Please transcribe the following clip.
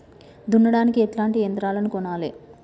దున్నడానికి ఎట్లాంటి యంత్రాలను కొనాలే?